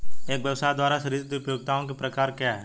एक व्यवसाय द्वारा सृजित उपयोगिताओं के प्रकार क्या हैं?